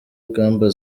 ingamba